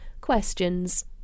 Questions